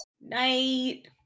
Night